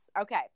Okay